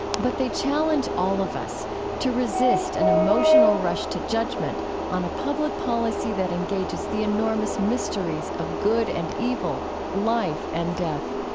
but they challenge all of us to resist an emotional rush to judgment on a public policy that engages the enormous mysteries of good and evil, life and death